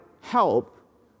help